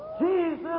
Jesus